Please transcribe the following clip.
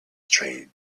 train